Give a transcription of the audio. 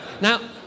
Now